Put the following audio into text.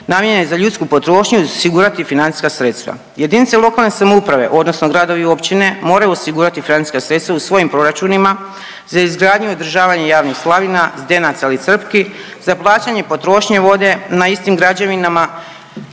namijenjene za ljudsku potrošnju i osigurati financijska sredstva. Jedinice lokalne samouprave odnosno gradovi i općine moraju osigurati financijska sredstva u svojim proračunima za izgradnju i održavanje javnih slavina, zdenaca ili crpki, za plaćanje potrošnje vode na istim građevinama,